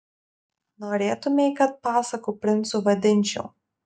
norėtumei kad pasakų princu vadinčiau